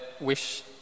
wish